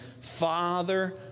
Father